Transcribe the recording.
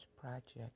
Project